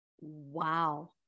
Wow